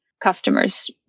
customers